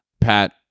Pat